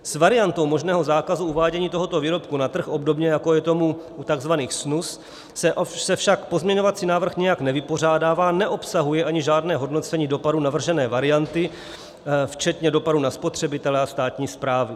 S variantou možného zákazu uvádění tohoto výrobku na trh, obdobně jako je tomu u takzvaných snus, se však pozměňovací návrh nijak nevypořádává, neobsahuje ani žádné hodnocení dopadu navržené varianty včetně dopadu na spotřebitele a státní správu.